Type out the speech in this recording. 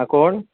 हां कोण